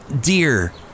deer